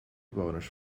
bewoners